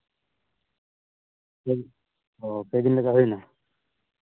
ᱚᱸᱻ ᱯᱮ ᱫᱤᱱ ᱞᱮᱠᱟ ᱦᱩᱭᱮᱱᱟ